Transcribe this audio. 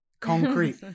Concrete